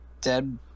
dead